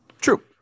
True